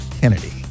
Kennedy